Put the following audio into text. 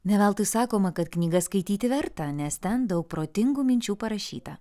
ne veltui sakoma kad knygas skaityti verta nes ten daug protingų minčių parašyta